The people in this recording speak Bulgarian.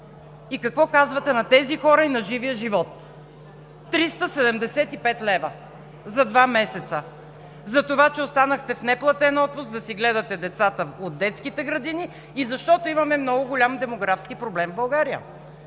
И какво казвате на тези хора, и на живия живот? 375 лв. за два месеца, затова че останахте в неплатен отпуск да си гледате децата от детските градини и защото имаме много голям демографски проблем в България.